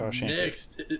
Next